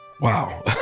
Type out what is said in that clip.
Wow